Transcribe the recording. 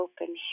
Open